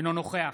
אינו נוכח